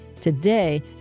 Today